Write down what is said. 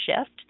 shift